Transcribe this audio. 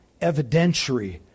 evidentiary